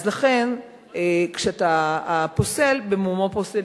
אז לכן, כשאתה פוסל, במומו פוסל.